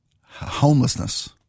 homelessness